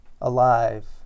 Alive